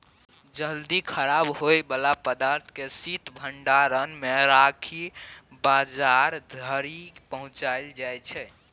जल्दी खराब होइ बला पदार्थ केँ शीत भंडारण मे राखि बजार धरि पहुँचाएल जाइ छै